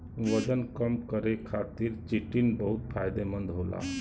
वजन कम करे खातिर चिटिन बहुत फायदेमंद होला